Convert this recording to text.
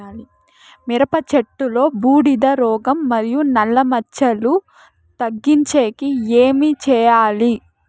మిరప చెట్టులో బూడిద రోగం మరియు నల్ల మచ్చలు తగ్గించేకి ఏమి చేయాలి?